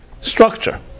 structure